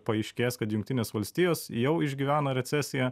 paaiškės kad jungtinės valstijos jau išgyvena recesiją